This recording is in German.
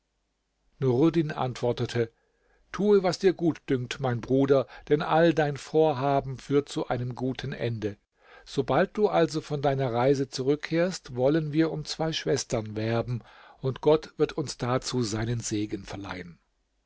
nuruddin antwortete tue was dir gut dünkt mein bruder denn all dein vorhaben führt zu einem guten ende sobald du also von deiner reise zurückkehrst wollen wir um zwei schwestern werben und gott wird uns dazu seinen segen verleihen